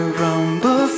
rumble